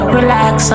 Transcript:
Relax